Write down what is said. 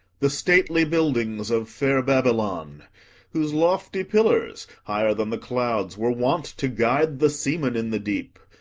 the stately buildings of fair babylon whose lofty pillars, higher than the clouds, were wont to guide the seaman in the deep,